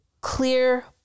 clear